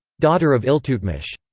daughter of iltutmish.